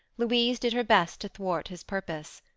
louise did her best to thwart his purpose.